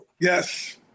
Yes